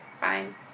fine